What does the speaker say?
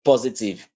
Positive